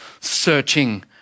searching